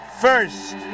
first